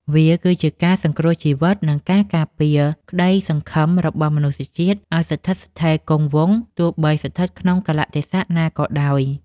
វាគឺជាការសង្គ្រោះជីវិត និងការការពារក្តីសង្ឃឹមរបស់មនុស្សជាតិឱ្យស្ថិតស្ថេរគង់វង្សទោះបីស្ថិតក្នុងកាលៈទេសៈណាក៏ដោយ។